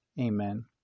Amen